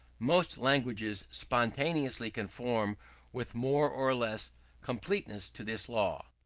most languages spontaneously conform with more or less completeness to this law.